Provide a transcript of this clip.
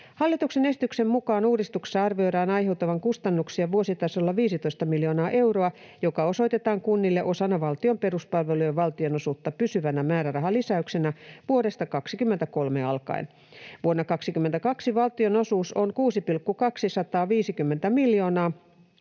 Hallituksen esityksen mukaan uudistuksesta arvioidaan aiheutuvan kustannuksia vuositasolla 15 miljoonaa euroa, joka osoitetaan kunnille osana valtion peruspalvelujen valtionosuutta pysyvänä määrärahalisäyksenä vuodesta 23 alkaen. Vuonna 22 valtionosuus on 6,25 miljoonaa